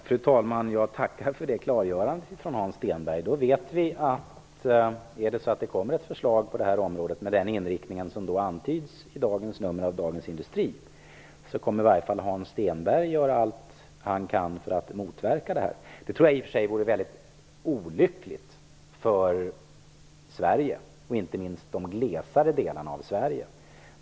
Fru talman! Jag tackar för det klargörandet från Hans Stenberg. Om det kommer ett förslag på det här området med den inriktning som antyds i dagens nummer av Dagens Industri vet vi att i varje fall Hans Stenberg kommer att göra allt han kan för att motverka det. Jag tror i och för sig att det vore väldigt olyckligt för Sverige och inte minst för de glesare delarna av Sverige.